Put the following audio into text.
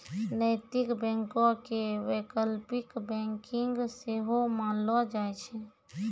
नैतिक बैंको के वैकल्पिक बैंकिंग सेहो मानलो जाय छै